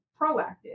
proactive